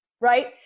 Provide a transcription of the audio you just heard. right